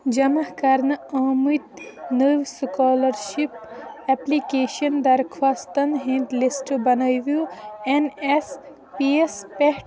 جمع کرنہِ آمِتۍ نوٚو سکالرشِپ ایٚپلِکیشن درخوٛاستن ہِنٛدۍ لِسٹہٕ بنٲیو ایٚن ایٚس پی یس پٮ۪ٹھ